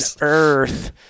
earth